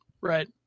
right